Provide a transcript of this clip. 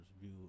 view